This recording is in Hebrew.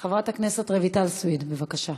חברת הכנסת רויטל סויד, בבקשה.